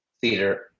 theater